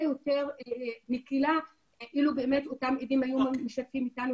יותר מקלה אילו באמת אותם עדים היו משתפים איתנו